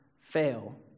fail